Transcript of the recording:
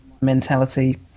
mentality